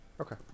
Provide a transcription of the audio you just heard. Okay